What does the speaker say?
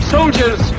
Soldiers